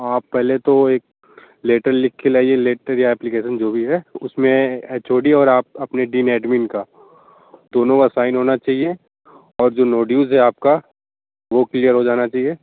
आप पहले तो एक लेटर लिख के लाइए लेटर या एप्लिकेसन जो भी है उस में एच ओ डी और आप अपने डीन एडमिन का दोनों का सैन होना चाहिए और जो नो ड्यूज़ है आपका वो क्लियर हो जाना चाहिए